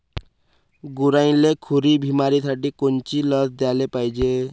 गुरांइले खुरी बिमारीसाठी कोनची लस द्याले पायजे?